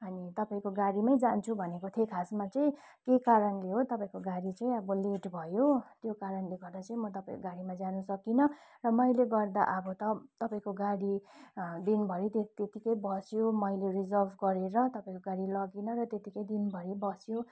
अनि तपाईँको गाडीमै जान्छु भनेर चाहिँ खासमा चाहिँ के कारणले हो तपाईँको गाडी चाहिँ अब लेट भयो त्यो कारणले चाहिँ म तपाईँको गाडीमा जान सकिनँ मैले गर्दा अब त तपाईँको गाडी दिनभरि त्यतिकै बस्यो मैले रिजर्भ गरेर तपाईँको गाडी लगिन र त्यतिकै दिनभरि बस्यो